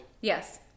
Yes